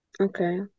Okay